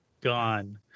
Gone